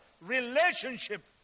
relationship